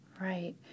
Right